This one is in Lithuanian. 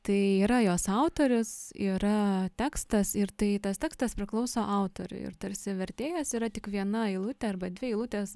tai yra jos autorius yra tekstas ir tai tas tekstas priklauso autoriui ir tarsi vertėjas yra tik viena eilutė arba dvi eilutės